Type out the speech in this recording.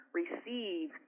receive